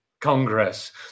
Congress